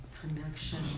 connection